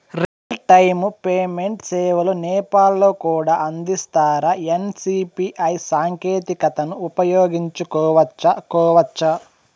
Real time payment సేవలు నేపాల్ లో కూడా అందిస్తారా? ఎన్.సి.పి.ఐ సాంకేతికతను ఉపయోగించుకోవచ్చా కోవచ్చా?